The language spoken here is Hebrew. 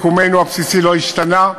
מקומנו הבסיסי לא השתנה.